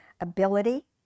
ability